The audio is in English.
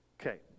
Okay